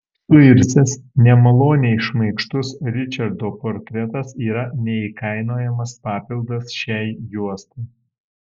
suirzęs nemaloniai šmaikštus ričardo portretas yra neįkainojamas papildas šiai juostai